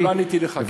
לא עניתי לך.